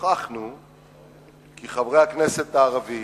הוכחנו כי חברי הכנסת הערבים,